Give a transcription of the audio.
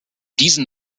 diesen